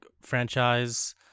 franchise